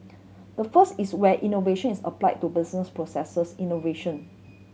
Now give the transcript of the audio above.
the first is where innovation is apply to business processes innovation